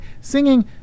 singing